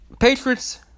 Patriots